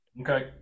Okay